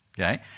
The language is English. okay